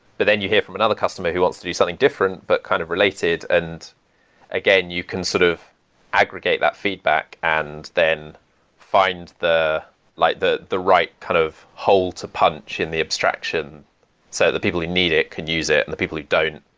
but then you hear from another customer who wants to do something different but kind of related. and again, you can sort of aggregate that feedback and then find the like the right kind of hole to punch in the abstraction so that the people who need it can use it and the people who don't,